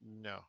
No